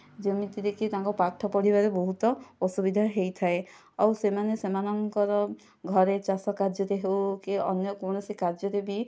ଯେମିତିରେକି ତାଙ୍କ ପାଠ ପଢ଼ିବାରେ ବହୁତ ଅସୁବିଧା ହୋଇଥାଏ ଆଉ ସେମାନେ ସେମାନଙ୍କର ଘରେ ଚାଷ କାର୍ଯ୍ୟରେ ହେଉ କି ଅନ୍ୟ କୌଣସି କାର୍ଯ୍ୟରେ ବି